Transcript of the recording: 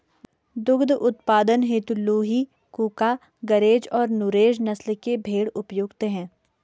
दुग्ध उत्पादन हेतु लूही, कूका, गरेज और नुरेज नस्ल के भेंड़ उपयुक्त है